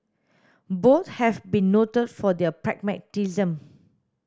both have been noted for their pragmatism